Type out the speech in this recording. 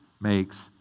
makes